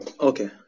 okay